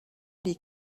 les